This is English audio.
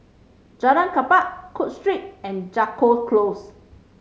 Jalan Klapa Cook Street and Jago Close